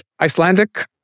Icelandic